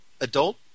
adult